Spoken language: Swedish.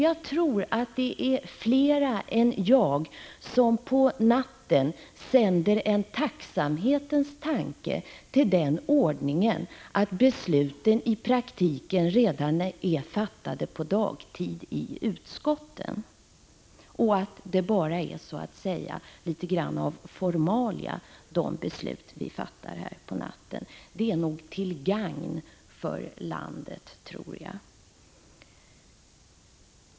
Jag tror att det är flera än jag som på natten sänder en tacksamhetens tanke till att den ordning råder som innebär att besluten i praktiken redan är fattade på dagtid i utskotten och att det vi beslutar på natten så att säga bara är litet grand av formalia. Det är nog till gagn för landet, tror jag.